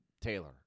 Taylor